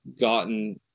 gotten